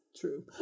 True